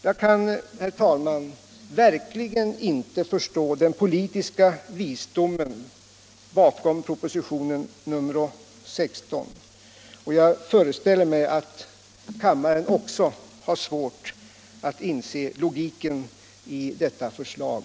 Jag kan, herr talman, verkligen inte förstå den politiska visdomen bakom propositionen nr 16 och jag föreställer mig att också kammaren har svårt att förstå logiken i detta förslag.